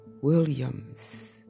Williams